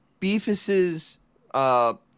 Beefus's